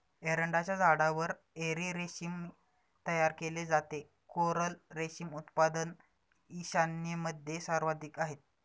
एरंडाच्या झाडावर एरी रेशीम तयार केले जाते, कोरल रेशीम उत्पादन ईशान्येमध्ये सर्वाधिक आहे